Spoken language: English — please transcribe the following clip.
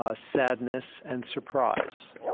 ah sadness, and surprise.